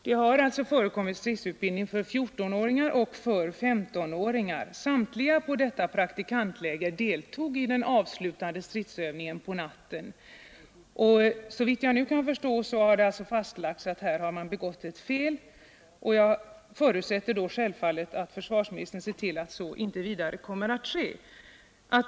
Herr talman! Det har förekommit stridsutbildning för 14-åringar och 15-åringar. Samtliga på ifrågavarande praktikantläger deltog i den avslutande stridsövningen på natten, Såvitt jag nu kan förstå har det fastlagts att här har begåtts ett fel. Jag förutsätter då självfallet att försvarsministern ser till att så inte vidare kommer att ske.